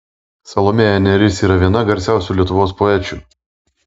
salomėja nėris yra viena garsiausių lietuvos poečių